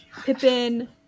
Pippin